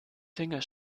finger